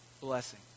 blessing